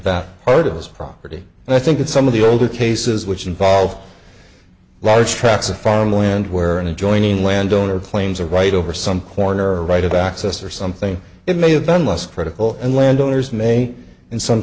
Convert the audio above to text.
that part of his property and i think that some of the older cases which involve large tracts of farmland where an adjoining landowner claims a right over some corner right of access or something it may have been less critical and landowners may in some